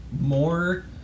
more